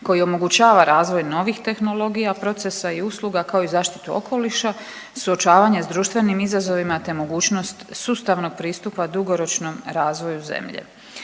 koji omogućava razvoj novih tehnologija, procesa i usluga, kao i zaštitu okoliša, suočavanje s društvenim izazovima, te mogućnost sustavnog pristupa dugoročnom razvoju zemlje.